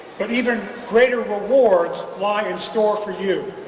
but even greater rewards lie in store for you.